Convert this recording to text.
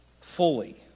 fully